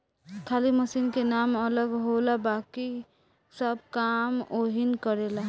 खाली मशीन के नाम अलग होला बाकिर सब काम ओहीग करेला